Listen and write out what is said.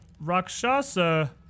rakshasa